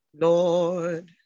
Lord